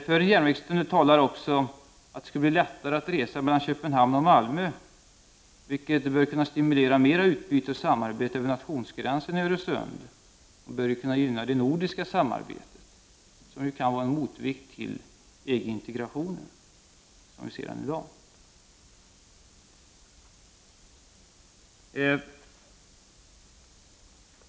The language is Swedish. För en järnvägstunnel talar också att det skulle bli lättare att resa mellan Köpenhamn och Malmö, vilket bör kunna stimulera till mera utbyte och samarbete över nationsgränsen i Öresund och gynna det nordiska samarbetet, som ju kan vara en motvikt till EG-integrationen, som vi ser den i dag.